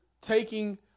taking